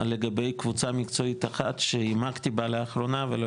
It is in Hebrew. מה לגבי קבוצה מקצועית אחת שהעמקתי בה לאחרונה ולא